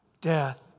Death